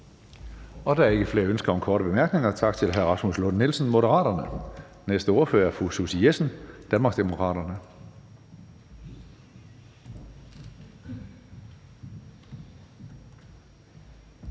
Der er ikke flere ønsker om korte bemærkninger. Tak til hr. Rasmus Lund-Nielsen, Moderaterne. Den næste ordfører er fru Susie Jessen, Danmarksdemokraterne.